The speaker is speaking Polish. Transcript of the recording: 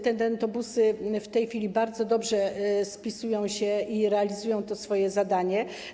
Te dentobusy w tej chwili bardzo dobrze spisują się i realizują swoje zadania.